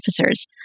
officers